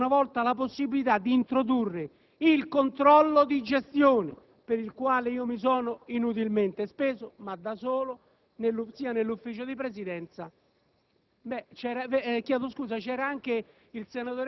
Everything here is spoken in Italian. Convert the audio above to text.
Ritengo di sottoporre ancora una volta la possibilità di introdurre il controllo di gestione, per il quale mi sono inutilmente speso, da solo... *(Commenti del